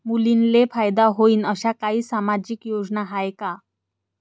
मुलींले फायदा होईन अशा काही सामाजिक योजना हाय का?